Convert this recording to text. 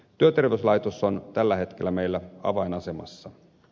työterveyslaitos on tällä hetkellä meillä avainasemassa